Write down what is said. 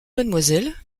mademoiselle